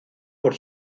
por